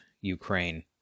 Ukraine